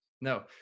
no